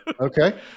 Okay